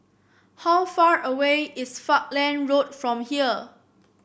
how far away is Falkland Road from here